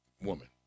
woman